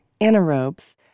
anaerobes